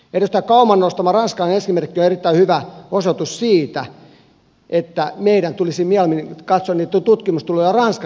edustaja kauman nostama ranskan esimerkki on erittäin hyvä osoitus siitä että meidän tulisi mieluummin katsoa niitä tutkimustuloksia ranskassa kuin suomessa